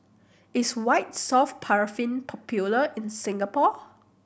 is White Soft Paraffin popular in Singapore